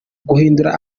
guhindura